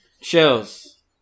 Shells